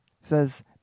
says